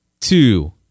two